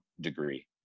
degree